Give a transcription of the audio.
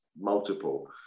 multiple